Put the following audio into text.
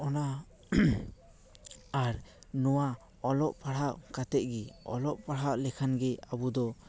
ᱚᱱᱟ ᱟᱨ ᱱᱚᱣᱟ ᱚᱞᱚᱜ ᱯᱟᱲᱦᱟᱣ ᱠᱟᱛᱮᱫ ᱜᱮ ᱚᱞᱚᱜ ᱯᱟᱲᱦᱟᱜ ᱞᱮᱠᱷᱟᱱ ᱜᱮ ᱟᱵᱚ ᱫᱚ